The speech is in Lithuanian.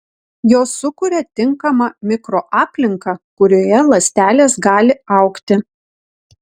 jos sukuria tinkamą mikroaplinką kurioje ląstelės gali augti